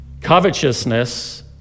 covetousness